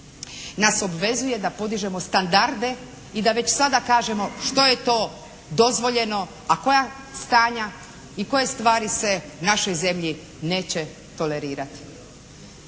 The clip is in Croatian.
nas obvezuje da podižemo standarde i da već sada kažemo što je to dozvoljeno, a koja stanja i koje stvari se u našoj zemlji neće tolerirati.